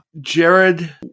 Jared